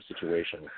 situation